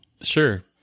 Sure